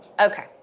Okay